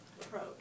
approach